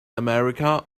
america